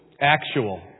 actual